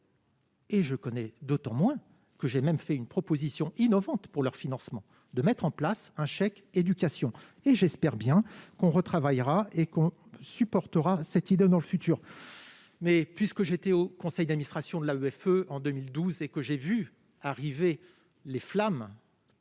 Et je connais d'autant moins que j'ai même fait une proposition innovante pour leur financement, de mettre en place un chèque éducation et j'espère bien qu'on retravaille et qu'on supportera cette idole dans le futur mais puisque j'étais au conseil d'administration de la greffe en 2012 et que j'ai vu arriver les flammes.